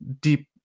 deep